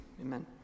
amen